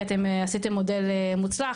כי אתם עשיתם מודל מוצלח,